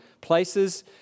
places